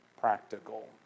practical